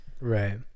Right